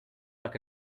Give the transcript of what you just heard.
like